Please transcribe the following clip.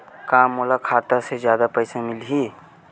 का मोला खाता से जादा पईसा मिलही?